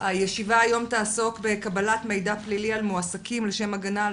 הישיבה היום תעסוק בקבלת מידע פלילי על מועסקים לשם הגנה על